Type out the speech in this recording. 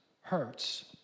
hurts